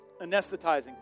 anesthetizing